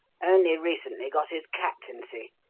only recently got his captaincy.